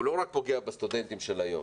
הוא לא רק פוגע בסטודנטים של היום,